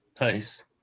Nice